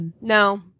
No